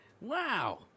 Wow